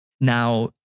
Now